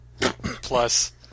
plus